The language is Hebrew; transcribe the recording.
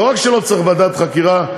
לא רק שלא צריך ועדת חקירה,